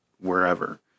wherever